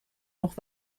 noch